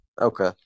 Okay